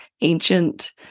ancient